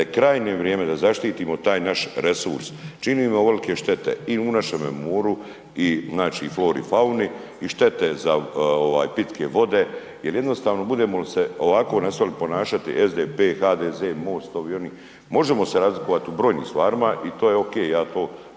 krajnje vrijeme da zaštitimo taj naš resurs. Činimo velike i u našemu moru i znači i flori i fauni, i štete za pitke vode jer jednostavno budemo li se ovako nastavili ponašati, SDP, HDZ, MOST, ovi, oni, možemo se razlikovati u brojnim stvarima i to je ok, ja to